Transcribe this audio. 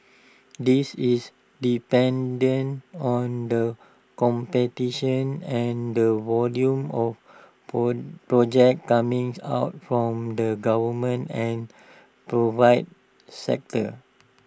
this is dependent on the competition and the volume of poor projects comings out from the government and provide sector